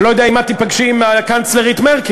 אני לא יודע אם את תיפגשי עם הקנצלרית מרקל.